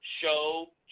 Show